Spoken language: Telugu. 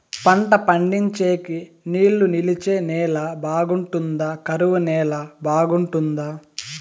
పంట పండించేకి నీళ్లు నిలిచే నేల బాగుంటుందా? కరువు నేల బాగుంటుందా?